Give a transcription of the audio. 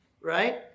right